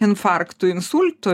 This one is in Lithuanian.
infarktų insultų